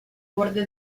borde